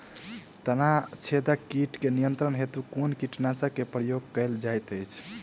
तना छेदक कीट केँ नियंत्रण हेतु कुन कीटनासक केँ प्रयोग कैल जाइत अछि?